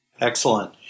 Excellent